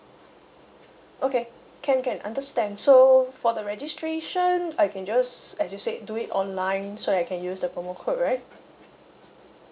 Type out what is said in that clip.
okay can can understand so for the registration I can just as you said do it online so that I can use the promo code right